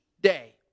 day